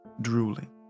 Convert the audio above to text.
drooling